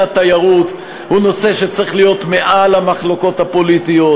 של התיירות הוא נושא שצריך להיות מעל המחלוקות הפוליטיות.